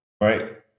Right